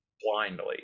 blindly